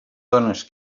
dónes